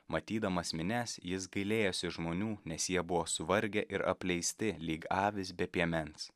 matydamas minias jis gailėjosi žmonių nes jie buvo suvargę ir apleisti lyg avys be piemens